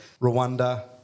Rwanda